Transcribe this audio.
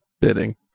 bidding